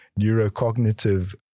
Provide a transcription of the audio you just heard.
neurocognitive